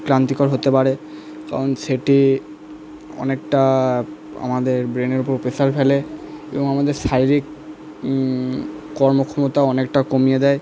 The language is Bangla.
ক্লান্তিকর হতে পারে কারণ সেটি অনেকটা আমাদের ব্রেনের উপর প্রেসার ফেলে এবং আমাদের শারীরিক কর্মক্ষমতাও অনেকটা কমিয়ে দেয়